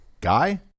guy